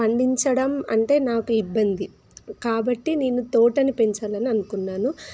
పండించడం అంటే నాకు ఇబ్బంది కాబట్టి నేను తోటను పెంచాలని అనుకున్నాను